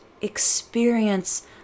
Experience